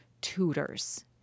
tutors